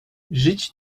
żyć